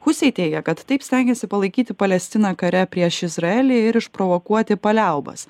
husiai teigia kad taip stengėsi palaikyti palestiną kare prieš izraelį ir išprovokuoti paliaubas